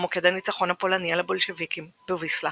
ומוקד הניצחון הפולני על הבולשביקים בוויסלה